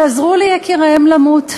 שעזרו ליקיריהם למות.